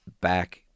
back